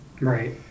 Right